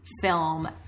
Film